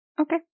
Okay